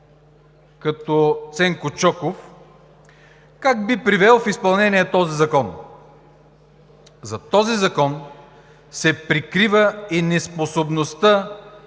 като Ценко Чоков, как би привел в изпълнение този закон? Зад този закон се прикрива и неспособността